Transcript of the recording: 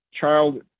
child